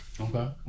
Okay